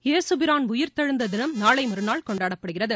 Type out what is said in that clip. யேசுபிரான் உயிர்த்தெழுந்த தினம் நாளை மறுநாள் கொண்டாடப்படுகிறது